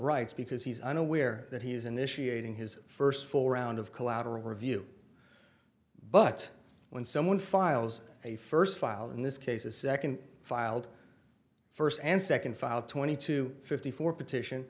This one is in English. rights because he's unaware that he's initiating his first full round of collateral review but when someone files a first file in this case a second filed first and second file twenty two fifty four petition